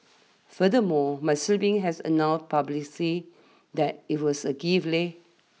furthermore my siblings has announced publicly that it was a gift leh